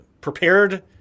prepared